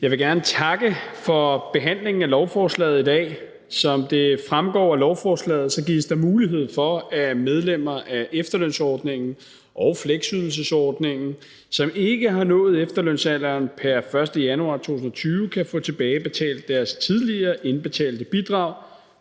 Jeg vil gerne takke for behandlingen af lovforslaget i dag. Som det fremgår af lovforslaget, gives der mulighed for, at medlemmer af efterlønsordningen og fleksydelsesordningen, som ikke har nået efterlønsalderen pr. 1. januar 2020, kan få tilbagebetalt deres tidligere indbetalte bidrag